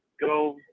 go